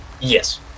Yes